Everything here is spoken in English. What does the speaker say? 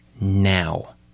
now